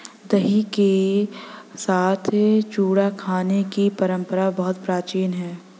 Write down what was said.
दही के साथ चूड़ा खाने की परंपरा बहुत प्राचीन है